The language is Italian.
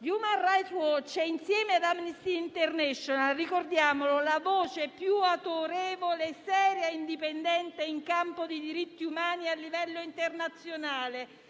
Human rights watch è, insieme ad Amnesty international, la voce più autorevole, seria e indipendente nel campo dei diritti umani a livello internazionale;